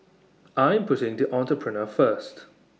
I'm putting the Entrepreneur First